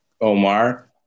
Omar